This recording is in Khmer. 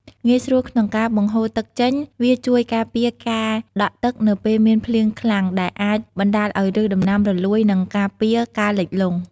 ងាយស្រួលក្នុងការបង្ហូរទឹកចេញ វាជួយការពារការដក់ទឹកនៅពេលមានភ្លៀងខ្លាំង ដែលអាចបណ្ដាលឲ្យឬសដំណាំរលួយ និងការពារការលិចលង់។